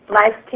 life